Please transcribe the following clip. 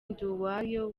nduwayo